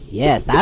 yes